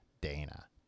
Dana